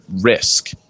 risk